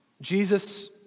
Jesus